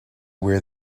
wear